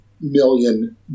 million